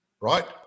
Right